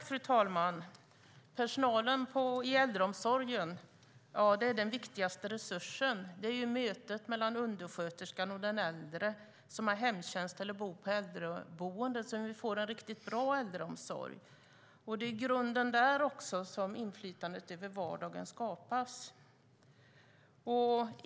Fru talman! Personalen i äldreomsorgen är den viktigaste resursen. Det är i mötet mellan undersköterskan och den äldre som har hemtjänst eller bor på äldreboende som vi får en riktigt bra äldreomsorg. Det är också i grunden där som inflytandet över vardagen skapas.